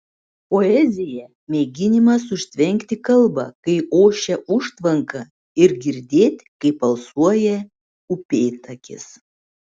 poezija mėginimas užtvenkti kalbą kai ošia užtvanka ir girdėt kaip alsuoja upėtakis